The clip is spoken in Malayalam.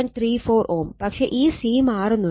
34 Ω പക്ഷെ ഈ C മാറുന്നുണ്ട്